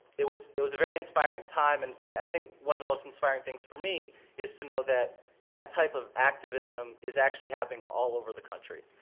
it was it was a very inspiring time. and i think one of the most inspiring things for me is to know that that type of activism is actually happening all over the country.